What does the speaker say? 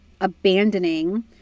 abandoning